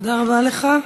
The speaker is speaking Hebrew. תודה רבה לך.